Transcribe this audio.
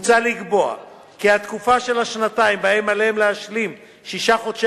מוצע לקבוע כי התקופה של שנתיים שבהן עליהם להשלים שישה חודשי